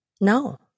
No